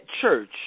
church